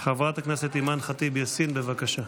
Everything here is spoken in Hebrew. חברת הכנסת אימאן ח'טיב יאסין, בבקשה.